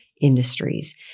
industries